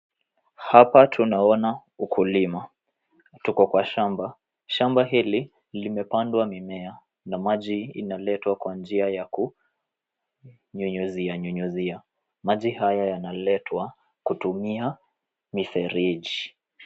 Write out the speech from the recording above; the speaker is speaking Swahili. Hapa tunaona ukulima tuko kwa shamba. Shamba hili limepandwa mimea na maji inaletwa kwa njia ya kunyunyizia nyunyizia. Maji hayo yanaletwa kutumia mifereji.